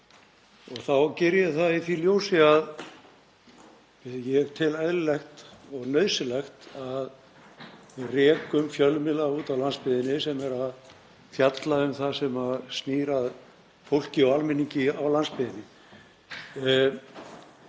Þá geri ég það í því ljósi að ég tel eðlilegt og nauðsynlegt að við rekum fjölmiðla úti á landsbyggðinni sem eru að fjalla um það sem snýr að fólki og almenningi á landsbyggðinni.